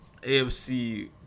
AFC